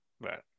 Right